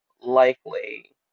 likely